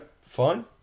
fine